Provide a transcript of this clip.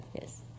yes